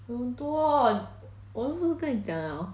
有很多我不是跟你讲 liao